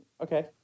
Okay